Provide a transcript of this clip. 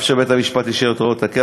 אף שבית-המשפט אישר את הוראות הקבע